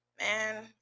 man